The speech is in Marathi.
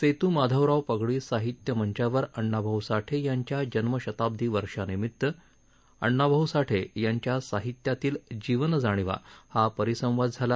सेत्माधवराव पगडी साहित्य मंचावर अण्णाभाऊ साठे यांच्या जन्मशताब्दी वर्षानिमित अण्णाभाऊ साठे यांच्या साहित्यातील जीवन जाणीवा हा परिसंवाद झाला